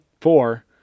four